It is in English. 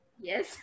Yes